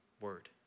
word